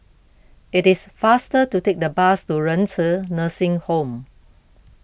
it is faster to take the bus to Renci Nursing Home